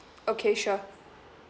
okay sure